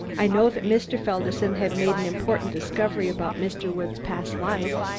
i know that mr. felderson had made an important discovery about mr. woods' past life.